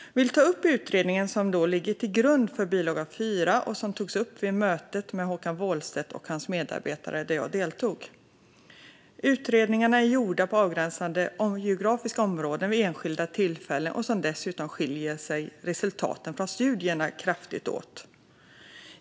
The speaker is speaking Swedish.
Jag vill ta upp den utredning som ligger till grund för bilaga 4 och som togs upp vid mötet med Håkan Wåhlstedt och hans medarbetare där jag deltog. Utredningarna är gjorda på avgränsade geografiska områden vid enskilda tillfällen, och dessutom skiljer sig resultaten från studierna kraftigt åt.